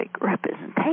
representation